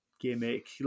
gimmick